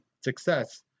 success